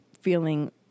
feeling